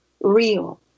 real